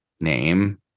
name